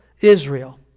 Israel